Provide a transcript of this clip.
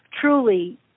truly